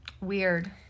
Weird